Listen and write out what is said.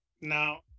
Now